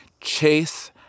chase